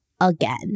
again